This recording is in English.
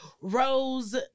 rose